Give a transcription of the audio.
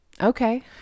Okay